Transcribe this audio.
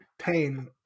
Pain